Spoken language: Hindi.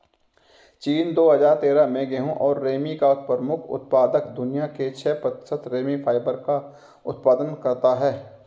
चीन, दो हजार तेरह में गेहूं और रेमी का प्रमुख उत्पादक, दुनिया के छह प्रतिशत रेमी फाइबर का उत्पादन करता है